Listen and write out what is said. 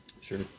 Sure